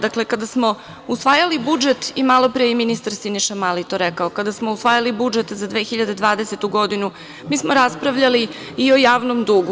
Dakle, kada smo usvajali budžet, malopre je ministar Siniša Mali to rekao, kada smo usvajali budžet za 2020. godinu mi smo raspravljali i o javnom dugu.